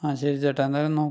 ആ ശരി ചേട്ടാ എന്തായാലും നോ